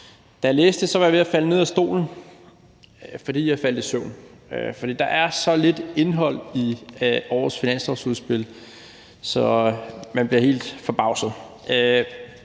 Da jeg læste det, var jeg ved at falde ned af stolen, fordi jeg faldt i søvn. Der er så lidt indhold i årets finanslovsudspil, at man bliver helt forbavset.